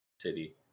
City